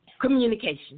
communication